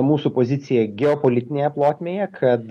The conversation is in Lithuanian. mūsų pozicija geopolitinėje plotmėje kad